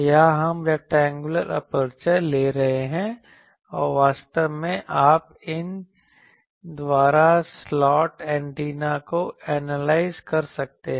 यहां हम rectangular aperture ले रहे हैं और वास्तव में आप इन द्वारा स्लॉट एंटेना को एनालाइज कर सकते हैं